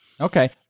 Okay